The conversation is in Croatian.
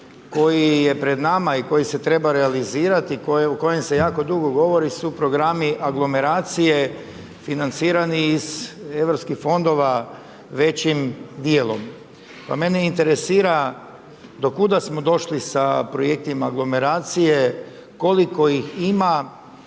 koji je pred nama i koji se treba realizirati, o kojem se jako dugo govori, su programi aglomeracije financirani iz europskih fondova većim dijelom. Pa mene interesira do kuda smo došli sa projektima aglomeracije, koliko ih ima,